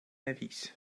nevis